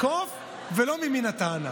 לתקוף ולא ממין הטענה.